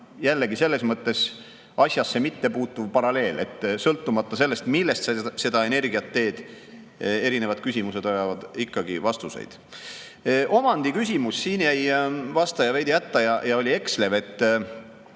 jällegi, selles mõttes asjasse mittepuutuv paralleel. Sõltumata sellest, millest sa seda energiat teed, erinevad küsimused vajavad ikkagi vastuseid. Omandiküsimus. Siin jäi vastaja veidi hätta ja oli ekslev. Ma